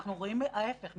אנחנו רואים את ההפך -- רגרסיה.